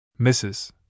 Mrs